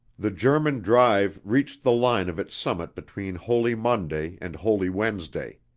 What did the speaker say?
the german drive reached the line of its summit between holy monday and holy wednesday.